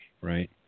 Right